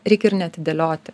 reikia ir neatidėlioti